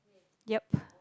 yup